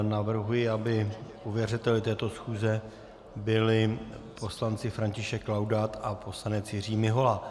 Navrhuji, aby ověřovateli této schůze byli poslanci František Laudát a poslanec Jiří Mihola.